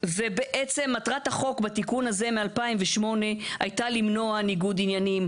בעצם מטרת החוק של התיקון הזה מ-2008 הייתה למנוע ניגוד עניינים,